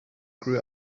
grew